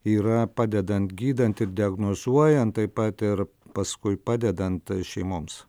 yra padedant gydant ir diagnozuojant taip pat ir paskui padedant šeimoms